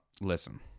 listen